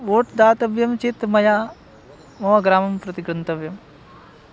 vote दातव्यं चेत् मया मम ग्रामं प्रति गन्तव्यम्